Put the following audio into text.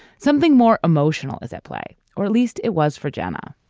something more emotional is at play or at least it was for jenna.